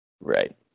Right